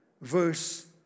verse